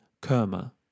Kerma